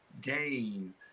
gain